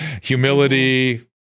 humility